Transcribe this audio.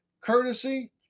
courtesy